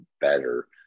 better